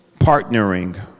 Partnering